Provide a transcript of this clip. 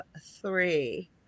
three